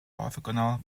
orthogonal